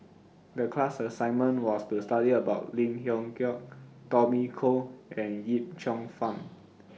The class assignment was to study about Lim Leong Geok Tommy Koh and Yip Cheong Fun